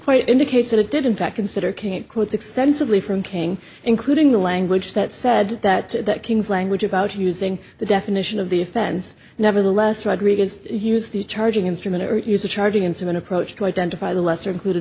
quite indicates that it did in fact consider can't quotes extensively from king including the language that said that that king's language about using the definition of the offense nevertheless rodriguez used the charging instrument or use a charging instrument approach to identify the lesser included